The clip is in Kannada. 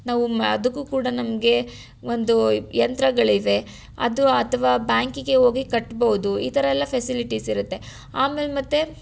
ನಾವು ಮಾ ಅದಕ್ಕೂ ಕೂಡ ನಮಗೆ ಒಂದು ಯಂತ್ರಗಳಿವೆ ಅದು ಅಥ್ವಾ ಬ್ಯಾಂಕಿಗೆ ಹೋಗಿ ಕಟ್ಬೌದು ಈ ಥರ ಎಲ್ಲ ಫೆಸಿಲಿಟೀಸ್ ಇರುತ್ತೆ ಆಮೇಲೆ ಮತ್ತು